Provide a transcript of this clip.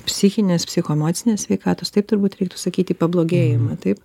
psichinės psichoemocinės sveikatos taip turbūt reiktų sakyti pablogėjimą taip